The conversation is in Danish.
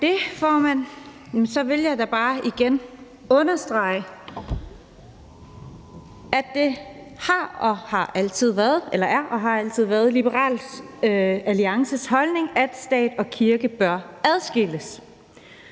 det, formand. Så vil jeg da bare igen understrege, at det er og altid har været Liberal Alliances holdning, at stat og kirke bør adskilles.